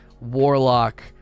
Warlock